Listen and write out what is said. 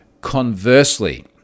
conversely